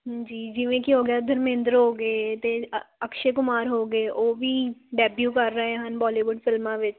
ਹੂੰ ਜੀ ਜਿਵੇਂ ਕਿ ਹੋ ਗਿਆ ਧਰਮਿੰਦਰ ਹੋ ਗਏ ਅਤੇ ਅ ਅਕਸ਼ੈ ਕੁਮਾਰ ਹੋ ਗਏ ਉਹ ਵੀ ਡੈਬਿਊ ਕਰ ਰਹੇ ਹਨ ਬੋਲੀਵੁੱਡ ਫਿਲਮਾਂ ਵਿੱਚ